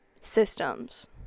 systems